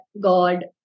God